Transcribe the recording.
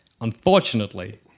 Unfortunately